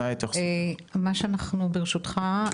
ברשותך,